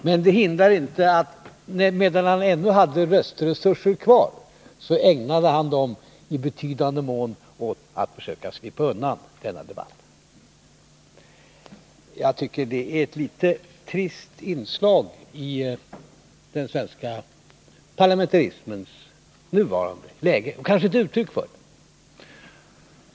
Men det hindrar inte att han, medan han ännu hade röstresurserna kvar, använde dem i betydande mårn till att försöka slippa undan den här debatten. Jag tycker att det är ett trist inslag i och kanske ett uttryck för den svenska parlamentarismens nuvarande läge.